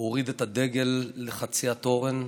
הוא הוריד את הדגל לחצי התורן.